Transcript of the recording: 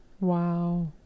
Wow